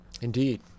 Indeed